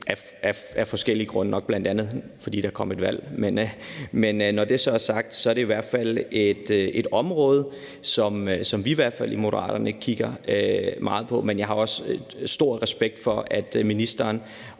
af forskellige grunde, nok bl.a. fordi der kom et valg. Men når det så er sagt, at det i hvert fald et område, som vi i Moderaterne kigger meget på, men jeg også stor respekt for, at ministeren